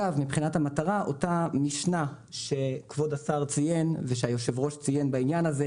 אותה משנה שכבוד השר והיושב-ראש ציינו היא